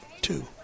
Two